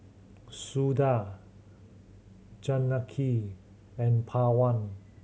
Suda Janaki and Pawan